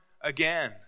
again